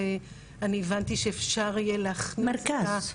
ואני הבנתי שאפשר יהיה להכניס --- מרכז,